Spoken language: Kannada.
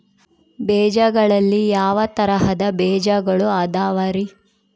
ಬೇಜಗಳಲ್ಲಿ ಯಾವ ತರಹದ ಬೇಜಗಳು ಅದವರಿ?